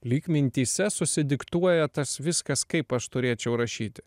lyg mintyse susidiktuoja tas viskas kaip aš turėčiau rašyti